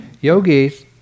Yogis